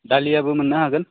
दालियाबो मोननो हागोन